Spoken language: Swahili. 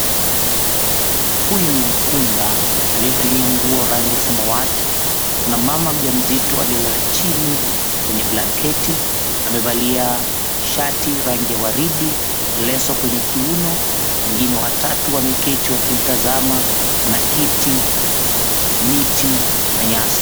Huyuu ni mkunga aliyevalia nguo ya rangi samawati Kuna mama jamzito aliyelala chini kwenye blanketi amevalia shati rangi la waridi leso kwenye kiuno wengine watatu wameketi wakímtazama kuna kitu mitii na nyasi.